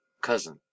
cousin